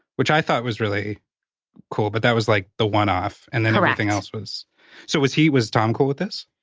which i thought was really cool. but that was like the one-off. correct. and then everything else was so was he, was tom cool with this?